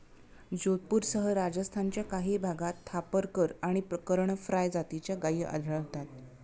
जोधपूरसह राजस्थानच्या काही भागात थापरकर आणि करण फ्राय जातीच्या गायी आढळतात